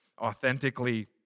authentically